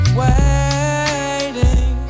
waiting